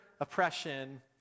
oppression